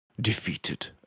defeated